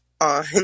on